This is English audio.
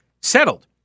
settled